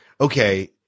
okay